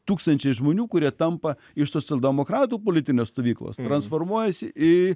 tūkstančiai žmonių kurie tampa iš socialdemokratų politinės stovyklos transformuojasi į